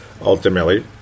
ultimately